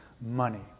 money